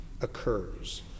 occurs